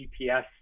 GPS